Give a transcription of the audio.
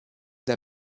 der